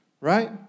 right